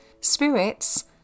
spirits